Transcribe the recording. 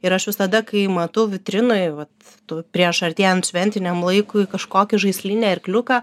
ir aš visada kai matau vitrinoj vat tų prieš artėjant šventiniam laikui kažkokį žaislinį arkliuką